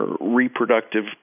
reproductive